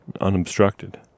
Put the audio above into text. unobstructed